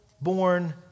born